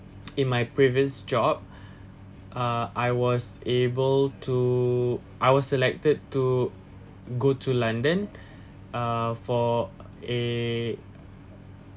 in my previous job ah I was able to I was selected to go to london ah for a